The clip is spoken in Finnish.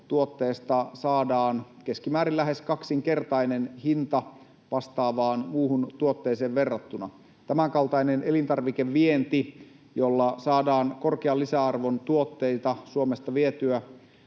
tuotteesta saadaan keskimäärin lähes kaksinkertainen hinta vastaavaan muuhun tuotteeseen verrattuna. Tämänkaltainen elintarvikevienti, jolla saadaan korkean lisäarvon tuotteita Suomesta vietyä